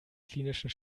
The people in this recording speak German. klinischen